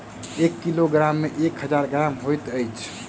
एक किलोग्राम मे एक हजार ग्राम होइत अछि